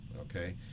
Okay